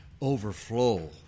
overflow